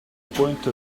point